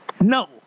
No